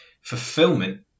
Fulfillment